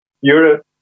Europe